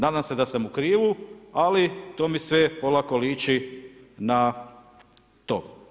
Nadam se da sam u krivu ali to mi sve polako liči na to.